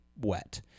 wet